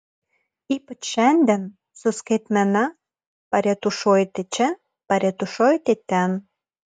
ypač šiandien su skaitmena paretušuojate čia paretušuojate ten